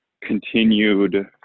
continued